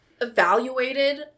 evaluated